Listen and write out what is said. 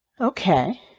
Okay